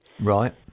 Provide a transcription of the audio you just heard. Right